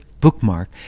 bookmark